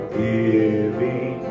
giving